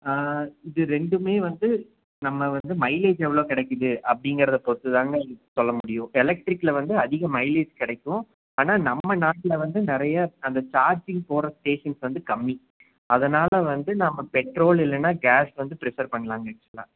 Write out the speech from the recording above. இது ரெண்டுமே வந்து நம்ம வந்து மைலேஜ் எவ்வளோ கிடைக்குது அப்படிங்கிறத பொருத்து தாங்க சொல்ல முடியும் எலெக்ட்ரிக்கில் வந்து அதிக மைலேஜ் கிடைக்கும் ஆனால் நம்ம நாட்டில் வந்து நிறையா அந்த சார்ஜிங் போடுற ஸ்டேஷன்ஸ் வந்து கம்மி அதனால் வந்து நாம பெட்ரோல் இல்லைனா கேஸ் வந்து பிரிஃபேர் பண்ணலாங்க ஆக்சுவலாக